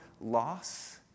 loss